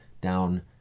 down